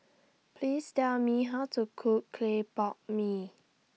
Please Tell Me How to Cook Clay Pot Mee